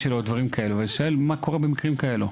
אני שואל מה קורה במקרים כאלה?